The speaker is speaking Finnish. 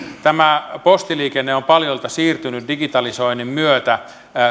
tämä postiliikenne on paljolti siirtynyt digitalisoinnin myötä